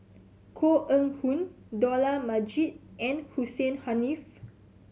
Koh Eng Hoon Dollah Majid and Hussein Haniff